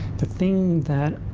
the thing that